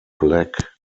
black